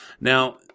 Now